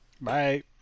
Bye